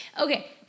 Okay